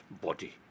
body